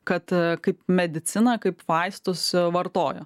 kad kaip mediciną kaip vaistus vartojo